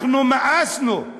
אנחנו מאסנו.